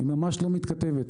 ממש לא מתכתבת.